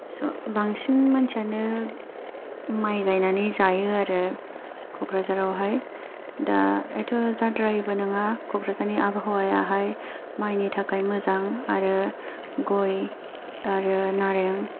स बांसिन मानसियानो माइ गायनानै जायो आरो कक्राझारावहाय दा एथ' जाद्रायिबो नङा कक्राझारनि आबहावायाहाय माइनि थाखाय मोजां आरो गइ आरो नारें